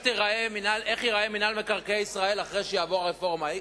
ייראה מינהל מקרקעי ישראל אחרי שתעבור הרפורמה.